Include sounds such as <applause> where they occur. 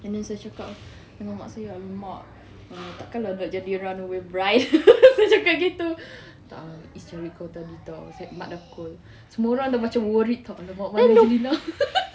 and then saya cakap dengan mak saya !alamak! err takkan lah nak jadi runaway bride <laughs> saya cakap gitu tak lah izz cari kau tadi [tau] cakap mak dah call semua orang dah macam worried [tau] !alamak! mana dia hilang